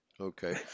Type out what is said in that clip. Okay